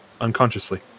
unconsciously